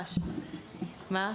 מה?